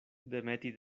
demeti